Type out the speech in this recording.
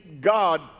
God